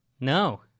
No